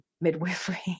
midwifery